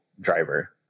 driver